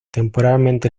temporalmente